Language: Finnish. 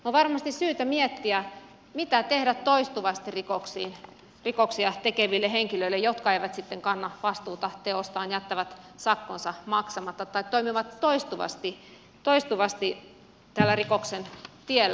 on varmasti syytä miettiä mitä tehdä toistuvasti rikoksia tekeville henkilöille jotka eivät sitten kanna vastuuta teostaan jättävät sakkonsa maksamatta tai toimivat toistuvasti tällä rikoksen tiellä